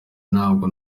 ntabwo